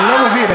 אני לא מבין.